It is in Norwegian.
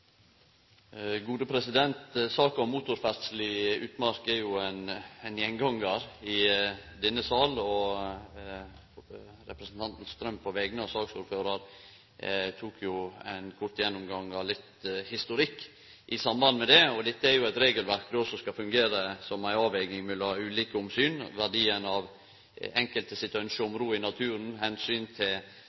Saka om motorferdsel i utmark er ein gjengangar i denne salen, og representanten Strøm, på vegner av saksordføraren, tok ein kort gjennomgang av litt historikk i samband med det. Dette er eit regelverk som skal fungere som ei avveging mellom ulike omsyn – verdien av den enkelte sitt ynske om ro i naturen, omsyn til